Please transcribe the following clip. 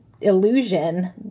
illusion